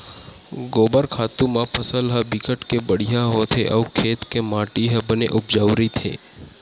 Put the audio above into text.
गोबर खातू म फसल ह बिकट के बड़िहा होथे अउ खेत के माटी ह बने उपजउ रहिथे